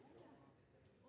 Merci